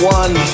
one